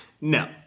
No